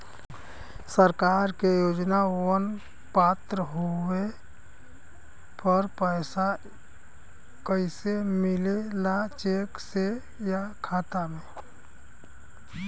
सरकार के योजनावन क पात्र होले पर पैसा कइसे मिले ला चेक से या खाता मे?